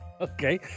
Okay